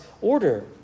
order